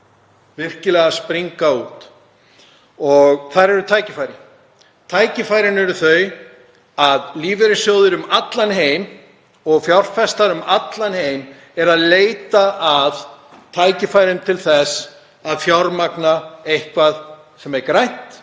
virkilega að springa út, og þar eru tækifæri. Tækifærin eru þau að lífeyrissjóðir um allan heim og fjárfestar um allan heim eru að leita að tækifærum til þess að fjármagna eitthvað sem er grænt